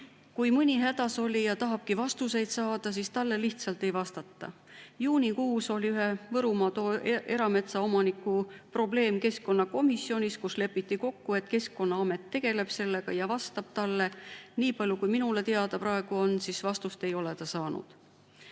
Kui mõni hädasolija tahabki vastuseid saada, siis talle lihtsalt ei vastata. Juunikuus oli ühe Võrumaa erametsaomaniku probleem keskkonnakomisjonis, kus lepiti kokku, et Keskkonnaamet tegeleb sellega ja vastab talle. Nii palju kui minule teada praegu on, vastust ei ole ta saanud. Võin